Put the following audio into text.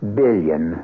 billion